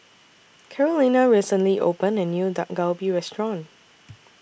Carolina recently opened A New Dak Galbi Restaurant